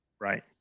Right